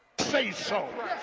say-so